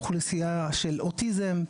אוכלוסייה של אוטיזם,